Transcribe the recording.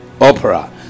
opera